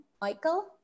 Michael